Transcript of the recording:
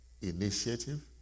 initiative